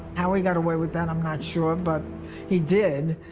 how he got away with that, i'm not sure, um but he did,